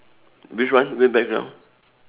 which one which background